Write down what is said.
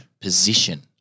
position